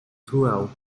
throughout